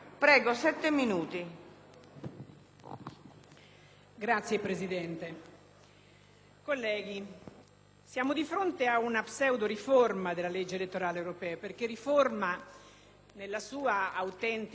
siamo di fronte ad una pseudo riforma della legge elettorale europea poiché il termine riforma, nella sua autentica accezione, avrebbe significato mettere mano con coscienza e consapevolezza